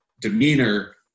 demeanor